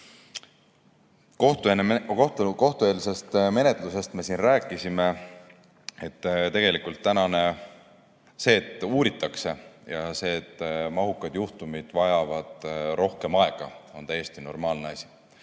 Kohtueelsest menetlusest me siin rääkisime. See, et uuritakse, ja see, et mahukad juhtumid vajavad rohkem aega, on täiesti normaalne asi.